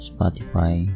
Spotify